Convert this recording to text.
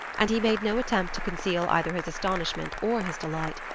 and he made no attempt to conceal either his astonishment or his delight.